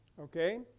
okay